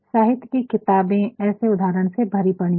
साहित्य की किताबें ऐसे उदाहरण से भरी पड़ी है